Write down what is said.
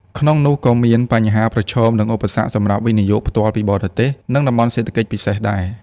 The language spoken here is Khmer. ក្នុងនោះក៏មានបញ្ហាប្រឈម និងឧបសគ្គសម្រាប់ វិនិយោគផ្ទាល់ពីបរទេស និង តំបន់សេដ្ឋកិច្ចពិសេសដែរ។